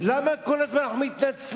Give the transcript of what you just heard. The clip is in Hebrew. למה כל הזמן אנחנו מתנצלים?